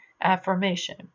affirmation